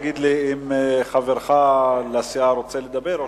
יגיד לי אם חברו לסיעה רוצה לדבר או